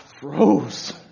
froze